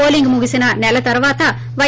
polling ముగిసిన నెల తర్వాత పై